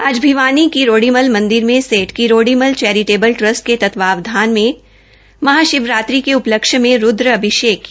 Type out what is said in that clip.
आ भिवानी किरोडिमल मंदिर में Seth Kirorimal charitable trust के तत्वाधान में महाशिवरात्रि के उपलक्ष्य में रूद्र अभिषेक किया गया